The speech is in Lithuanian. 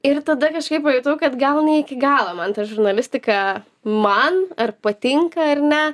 ir tada kažkaip pajutau kad gal ne iki galo man ta žurnalistika man patinka ar ne